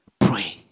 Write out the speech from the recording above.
Pray